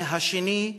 והשני,